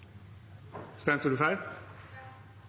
stemt feil.